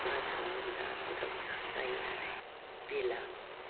मासावनो बिराद बुरजा बुरजा जायो आरो बिला